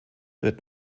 wird